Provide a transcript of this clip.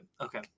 Okay